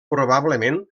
probablement